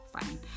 fine